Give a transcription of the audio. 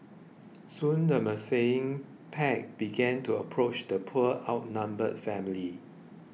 soon the pack began to approach the poor outnumbered family